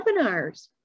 webinars